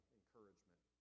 encouragement